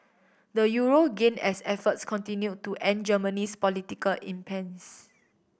the Euro gained as efforts continued to end Germany's political impasse